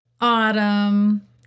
autumn